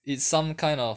it's some kind of